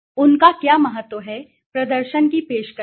उनका क्या महत्व है प्रदर्शन की पेशकश की